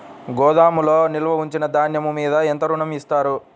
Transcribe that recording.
గోదాములో నిల్వ ఉంచిన ధాన్యము మీద ఎంత ఋణం ఇస్తారు?